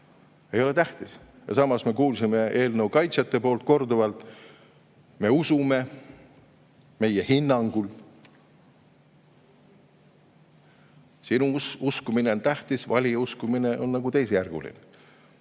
ei ole tähtis. Samas me kuulsime eelnõu kaitsjatelt korduvalt: me usume, meie hinnangul. Sinu uskumine on tähtis, valija uskumine on nagu teisejärguline.